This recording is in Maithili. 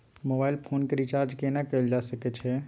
मोबाइल फोन के रिचार्ज केना कैल जा सकै छै?